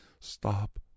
stop